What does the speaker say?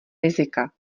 rizika